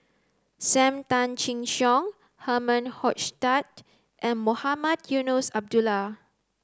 Sam Tan Chin Siong Herman Hochstadt and Mohamed Eunos Abdullah